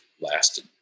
lasted